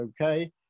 okay